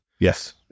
Yes